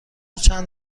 چند